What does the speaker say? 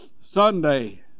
Sunday